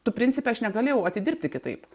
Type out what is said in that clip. tu principe aš negalėjau atidirbti kitaip